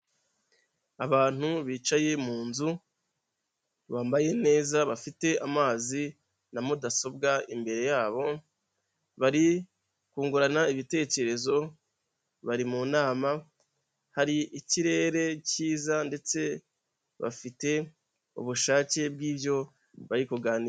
Abantu bicaye munzu bambaye neza bafite amazi na mudasobwa imbere yabo bari kungurana ibitekerezo bari mu nama hari ikirere cyiza ndetse bafite ubushake bw'ibyo bari kuganira.